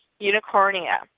Unicornia